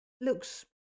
looks